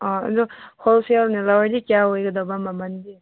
ꯑꯣ ꯑꯗꯨ ꯍꯣꯜꯁꯦꯜ ꯑꯣꯏꯅ ꯂꯧꯔꯗꯤ ꯀꯌꯥ ꯑꯣꯏꯒꯗꯕ ꯃꯃꯜꯗꯤ